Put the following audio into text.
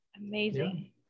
amazing